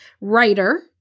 Writer